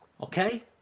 okay